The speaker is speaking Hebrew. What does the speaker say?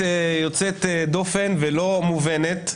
נדיבות יוצאת דופן ולא מובנת.